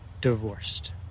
divorced